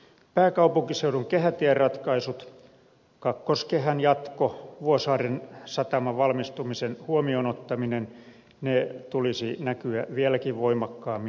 pääkaupunkiseudun kehätieratkaisujen kakkoskehän jatkon vuosaaren sataman valmistumisen huomioon ottamisen tulisi näkyä vieläkin voimakkaammin